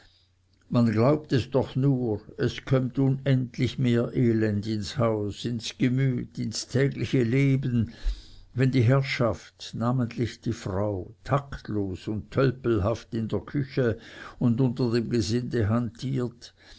man glaube es doch nur es kömmt unendlich mehr elend ins haus ins gemüt ins tägliche leben wenn die herrschaft namentlich die frau taktlos und tölpelhaft in der küche und unter dem gesinde hantiert